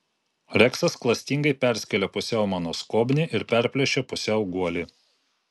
reksas klastingai perskėlė pusiau mano skobnį ir perplėšė pusiau guolį